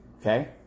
Okay